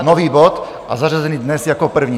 Nový bod a zařazený dnes jako první.